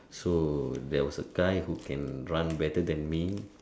so there was a guy who can run better than me